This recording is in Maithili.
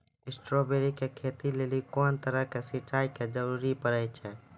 स्ट्रॉबेरी के खेती लेली कोंन तरह के सिंचाई के जरूरी पड़े छै?